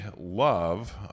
love